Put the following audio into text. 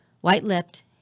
White-lipped